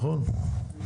נכון?